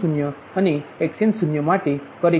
xn0માટે correction કરવાની જરૂરી છે